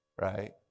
right